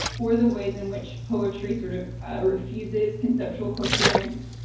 or the ways in which poetry sort of refuses conceptual coherence,